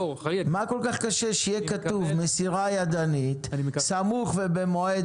מה כל כך קשה שיהיה כתוב מסירה ידנית סמוך ובמועד